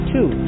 Two